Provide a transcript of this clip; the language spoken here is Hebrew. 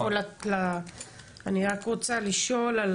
אני רוצה לשאול על